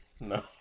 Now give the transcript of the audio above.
No